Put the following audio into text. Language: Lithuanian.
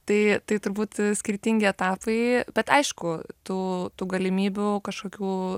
tai tai turbūt skirtingi etapai bet aišku tų tų galimybių kažkokių